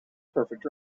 perfect